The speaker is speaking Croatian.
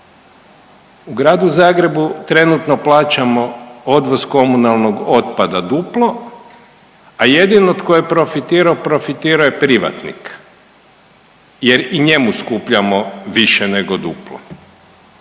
U Gradu Zagrebu trenutno plaćamo odvoz komunalnog otpada duplo, a jedino tko je profitirao profitirao je privatnik jer i njemu skupljamo više nego duplo.